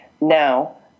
now